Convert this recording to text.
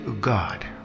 God